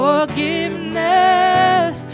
Forgiveness